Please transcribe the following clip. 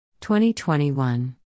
2021